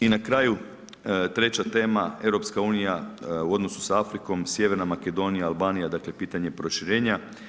I na kraju treća tema EU u odnosu sa Afrikom, Sjeverna Makedonija, Albanija dakle pitanje proširenja.